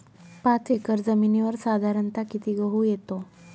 पाच एकर जमिनीवर साधारणत: किती गहू येतो?